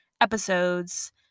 episodes